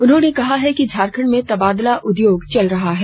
उन्होंने कहा है कि झारखंड में तबादला उद्योग चल रहा है